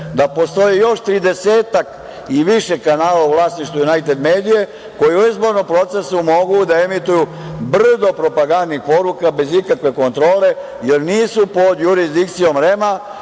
da postoji još tridesetak i više kanala u vlasništvu „Junajted medije“ koji u izbornom procesu mogu da emituju brdo propagandnih poruka bez ikakve kontrole, jer nisu po jurisdikcijom REM-a